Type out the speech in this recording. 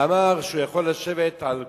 ואמר שהוא יכול לשבת על כורסה.